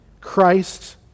Christ